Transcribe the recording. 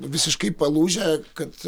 visiškai palūžę kad